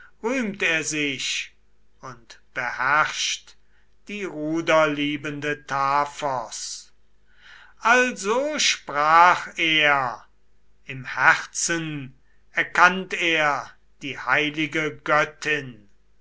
er sich und beherrscht die ruderliebende taphos also sprach er im herzen erkannt er die heilige göttin